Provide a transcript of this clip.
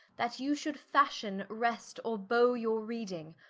that you should fashion, wrest, or bow your reading,